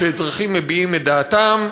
כשאזרחים מביעים את דעתם,